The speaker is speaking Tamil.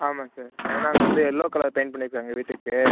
ஆமாங்க சார் ஏன்னால் நாங்கள் வந்து எல்லோ கலர் பெயிண்ட் பண்ணிருக்கோம் எங்கள் வீட்டுக்கு